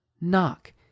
Knock